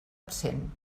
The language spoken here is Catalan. absent